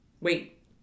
Wait